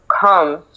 come